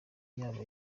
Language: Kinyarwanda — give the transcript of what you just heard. yaba